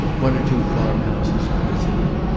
one or two farm-houses were visited,